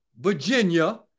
Virginia